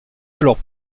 alors